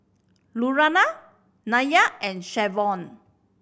Lurana Nya and Shavon